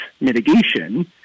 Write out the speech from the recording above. mitigation